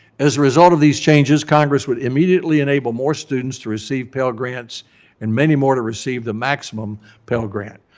as a result of these changes, congress would immediately enable more students to receive pell grants and many more to receive the maximum pell grant